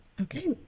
Okay